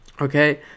Okay